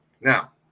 now